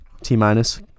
T-minus